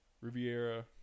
Riviera